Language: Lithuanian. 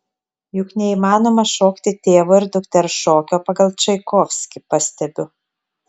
juk neįmanoma šokti tėvo ir dukters šokio pagal čaikovskį pastebiu